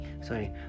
sorry